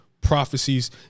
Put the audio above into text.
prophecies